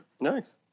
Nice